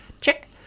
Check